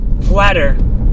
flatter